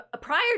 prior